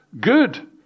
Good